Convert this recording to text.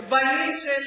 הבנים של,